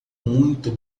muito